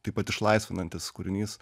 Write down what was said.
taip pat išlaisvinantis kūrinys